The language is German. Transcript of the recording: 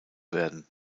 werden